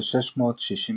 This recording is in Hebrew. של 660 סמ"ק.